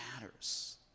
matters